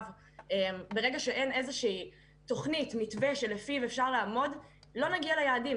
ברגע שאין איזושהי תוכנית מתווה לא נגיע ליעדים.